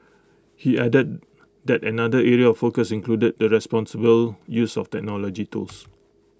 he added that another area of focus includes the responsible use of technology tools